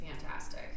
fantastic